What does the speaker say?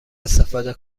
استفاده